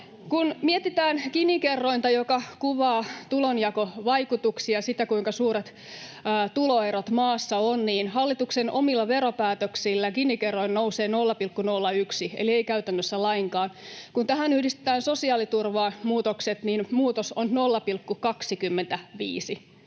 Kun mietitään Gini-kerrointa, joka kuvaa tulonjakovaikutuksia, sitä, kuinka suuret tuloerot maassa on, niin hallituksen omilla veropäätöksillä Gini-kerroin nousee 0,01 eli ei käytännössä lainkaan. Kun tähän yhdistetään sosiaaliturvamuutokset, muutos on 0,25